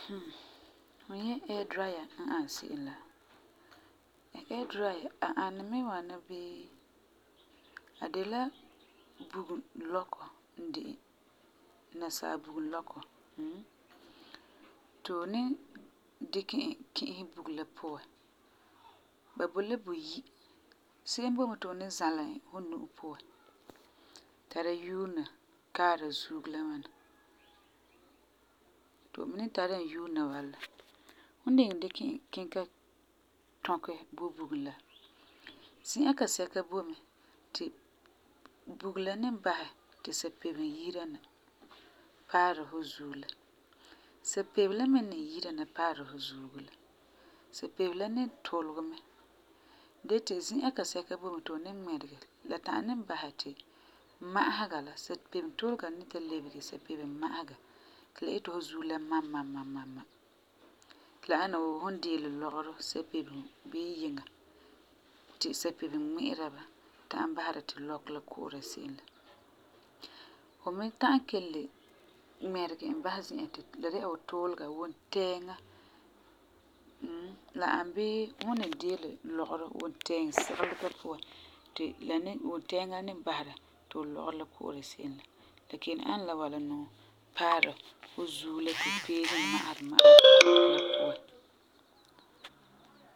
fum nyɛ ɛɛ' diraya la n ani se'em la, ɛɛ diraya a ani me ŋwana bii a de la bugum lɔkɔ n de e, nasaa bugum lɔkɔ ti fu ni dikɛ e ki'isɛ bugum la puan. Ba boi la buyi, se'em boi me ti fu ni zãla e fu nu'o puan tara yuulena kaara fu zuugo la ŋwana. Ti fu me ni tara e yuulena wala la, fum n ni dikɛ e kiŋɛ ta tɔkɛ bo bugum la, zi'an kasɛka boi mɛ ti bugum la ni basɛ ti sapebesum yisera na paara fu zuugo la. Sapebesum la me n ni yese na paara fu zuugo la, sapebesum la ni tulegɛ mɛ dee ti zi'an kasɛka boi mɛ ti fu ni ŋmɛresɛ ta'am ni basɛ ti ma'ahaga la sapebesum tuulega la ni ta lebege sapebesum ma'ahaga to la ita fu zuugo la mamama ti la ana wuu fum n diilɛ lɔgerɔ sapebesum bii yiŋa ti sapebesum ŋmi'ira ba, ta'am basera ti lɔkɔ la ku'ura se'em la. Fu me ta'am kelum ŋmɛregɛ e basɛ zi'an ti la dɛna wuu tuulega wuuntɛɛŋa. la ani bii fum n ni diilɛ lɔgerɔ wuntɛɛnsigelega puan ti la ni wuntɛɛŋa la ni basɛ ti fu lɔgerɔ la ku'ɛ se'em la, la kelum ana la wala nuu paara fu zuugo la.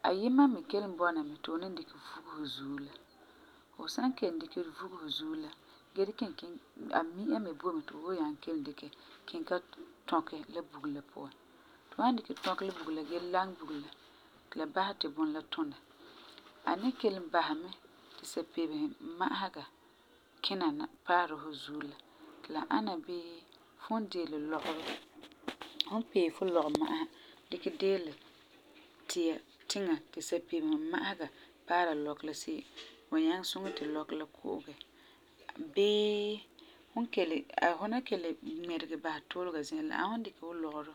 Ayima me kelum bɔna mɛ ti fu ni dikɛ e vuge fu zuugo la, fu san kelum dikɛ vuge fu zuugo la gee dikɛ e kiŋɛ, a mi'a me boi mɛ ti fu ni dikɛ kiŋɛ ta tɔkɛ bugum la puan. Fu nan dikɛ tɔkɛ la bugum la gee laŋɛ bugum la ti la basɛ ti bunɔ la tuna, ani kelum basɛ mɛ ti sapebesum ma'ahaga kina na paara fu zuugo la ti la ana bii fum diilɛ lɔgerɔ, fum pee fu lɔgema'asa dikɛ diilɛ tia tiŋa ti sapebesum ma'ahaga paara lɔkɔ la se'em la, wan nyaŋɛ suŋɛ ti lɔkɔ la ku'ugɛ bii fum kelum fu nan kelum le ŋmɛregɛ basɛ tuulega zi'an la, la ani wuu fum n dikɛ fu lɔgerɔ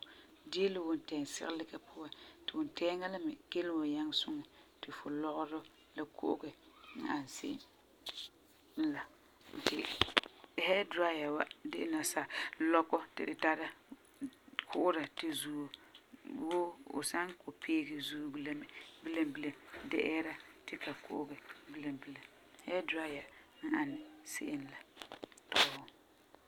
diilɛ wuntɛɛsigelika puan ti wuntɛɛŋa la me kelum wan nyaŋɛ suŋɛ basɛ ti fu lɔgerɔ la me ku'ugɛ. La n ani se'em n bala. Ɛɛ' diraya wa de la nasaa lɔkɔ ti tu tara ku'ugera tu zuugo wuu fu san peege zuugo la mɛ, bilam bilam dee ɛɛra ti ka ku'ugɛ bilam bilam, ɛɛ' diraya n ani se'em n la.